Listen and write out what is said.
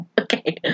Okay